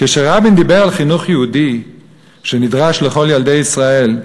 כשרבין דיבר על חינוך יהודי שנדרש לכל ילדי ישראל,